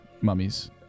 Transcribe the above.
mummies